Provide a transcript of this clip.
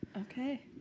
Okay